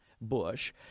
Bush